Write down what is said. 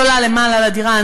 היא עולה למעלה לדירה.